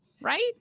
Right